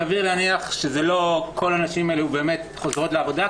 סביר להניח שלא כל הנשים האלו באמת חוזרות לעבודה,